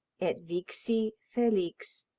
et vixi felix,